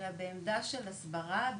אלא בעמדה של הסברה,